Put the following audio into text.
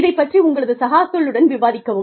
இதைப் பற்றி உங்களது சகாக்களுடன் விவாதிக்கவும்